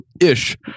ish